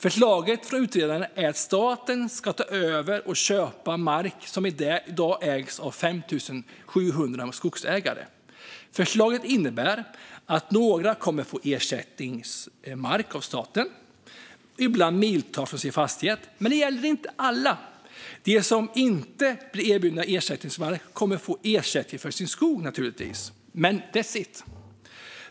Förslaget från utredaren är att staten ska ta över och köpa mark som i dag ägs av 5 700 skogsägare. Förslaget innebär att några kommer att få ersättningsmark av staten, ibland miltals från sin fastighet, men det gäller inte alla. De som inte blir erbjudna ersättningsmark kommer naturligtvis att få ersättning för sin skog, men that's it.